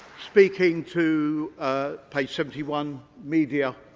speaking to page seventy one, media